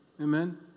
Amen